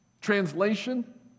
Translation